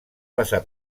passar